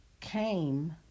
came